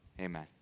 amen